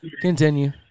Continue